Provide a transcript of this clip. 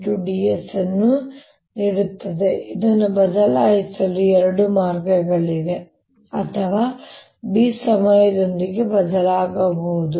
dS ಅನ್ನು ನೀಡುತ್ತದೆ ಇದನ್ನು ಬದಲಾಯಿಸಲು ಎರಡು ಮಾರ್ಗಗಳಿವೆ ಅಥವಾ B ಸಮಯದೊಂದಿಗೆ ಬದಲಾಗಬಹುದು